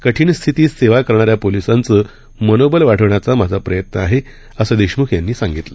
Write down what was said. कठीण स्थितीत सेवा करणाऱ्या पोलिसांचे मनोबल वाढवन्याचा माझा प्रयत्न आहे असं देशम्ख यांनी सांगितलं